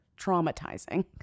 traumatizing